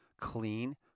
clean